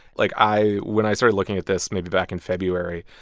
like, i when i started looking at this maybe back in february,